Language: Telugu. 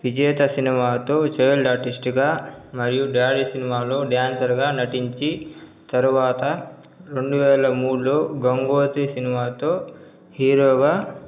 విజేత సినిమాతో చైల్డ్ ఆర్టిస్టుగా మరియు డాడి సినిమాలో డాన్సర్గా నటించి తరువాత రెండువేల మూడులో గంగోత్రి సినిమాతో హీరోగా